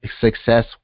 success